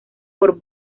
por